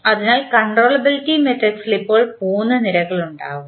അതിനാൽ കൺട്രോളബിലിറ്റി മാട്രിക്സ്ൽ ഇപ്പോൾ 3 നിരകളുണ്ടാകും